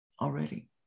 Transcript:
already